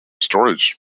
storage